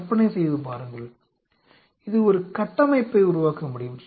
கற்பனை செய்து பாருங்கள் இது ஒரு கட்டமைப்பை உருவாக்க முடியும்